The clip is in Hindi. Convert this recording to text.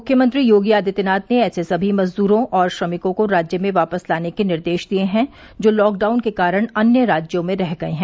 मुख्यमंत्री योगी आदित्यनाथ ने ऐसे समी मजदूरों और श्रमिकों को राज्य में वापस लाने के निर्देश दिए हैं जो लॉकडाउन के कारण अन्य राज्यों में रह गए हैं